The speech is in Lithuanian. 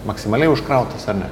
maksimaliai užkrautas ar ne